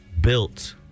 built